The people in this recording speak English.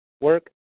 work